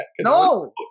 No